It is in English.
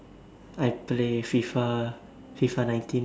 I play F_I_F_A F_I_F_A nineteen